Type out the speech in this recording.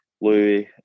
Louis